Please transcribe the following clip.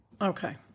okay